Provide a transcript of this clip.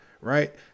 right